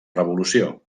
revolució